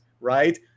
right